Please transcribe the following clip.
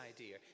idea